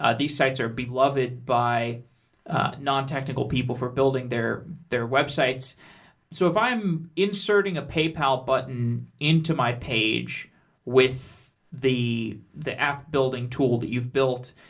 ah these sites are beloved by non technical people for building their their websites so if i am inserting a paypal button into my page with the the app building tool that you've built,